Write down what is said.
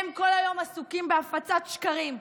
הם כל היום עסוקים בהפצת שקרים,